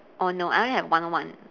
oh no I only have one one